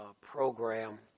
program